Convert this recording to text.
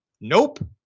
Nope